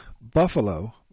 Buffalo